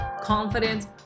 confidence